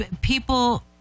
People